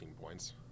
points